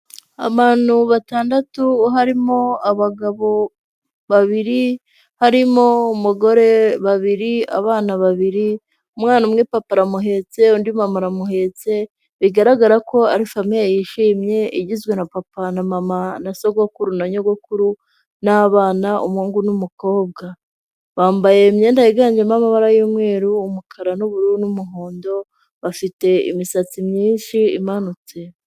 Abantu batandatu harimo abagabo babiri, harimo umugore babiri, abana babiri, umwana umwe papa aramuhetse undi mama aramuhetse, bigaragara ko ari famiye yishimye igizwe na papa na mama na sogokuru na nyogokuru n'abana umuhungu n'umukobwa, bambaye imyenda yiganjemo amabara y'umweru, umukara n'ubururu n'umuhondo, bafite imisatsi myinshi imanutse.